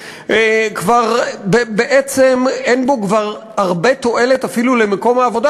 ושכבר בעצם אין בו הרבה תועלת אפילו למקום העבודה,